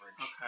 okay